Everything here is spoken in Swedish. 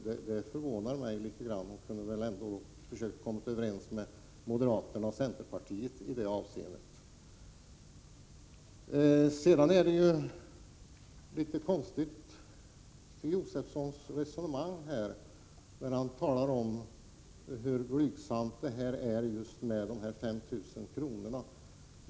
Detta förvånar mig något. Hon kunde väl ändå ha försökt komma överens med moderaternas och centerns representanter i det avseendet. Stig Josefson för ett konstigt resonemang när han talar om hur blygsamt förslaget om dessa 5 000 kr. är.